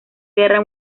guerra